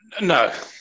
No